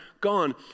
gone